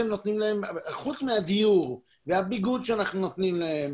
חוץ מהדיור והביגוד שאנחנו נותנים להם,